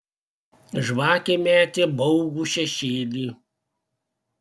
žvakė metė baugų šešėlį